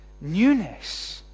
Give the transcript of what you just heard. newness